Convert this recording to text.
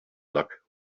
luck